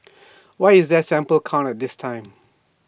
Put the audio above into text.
why is there A sample count this time